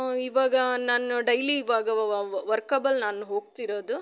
ಇವಾಗ ನಾನು ಡೈಲಿ ಇವಾಗ ವರ್ಕಬಲ್ ನಾನು ಹೋಗ್ತಿರೋದು